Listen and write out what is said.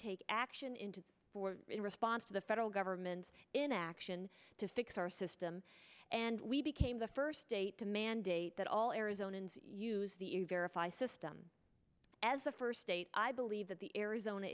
take action in to in response to the federal government's inaction to fix our system and we became the first state to mandate that all arizona and use the verify system as a first state i believe that the arizona